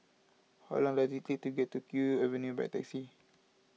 how long does it take to get to Kew Avenue by taxi